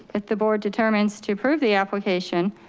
if the board determines to prove the application